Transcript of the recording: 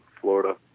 Florida